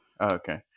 okay